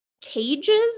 cages